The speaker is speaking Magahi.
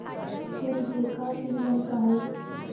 फूल से का चीज बनता है?